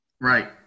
Right